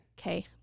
Okay